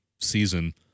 season